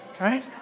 Right